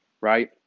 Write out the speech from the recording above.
right